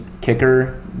kicker